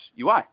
UI